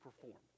perform